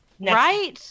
right